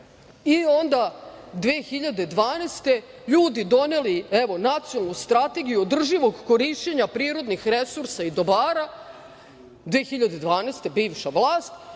to. Onda 2012. ljudi doneli Nacionalnu strategiju održivog korišćenja prirodnih resursa i dobara, 2012. bivša vlast,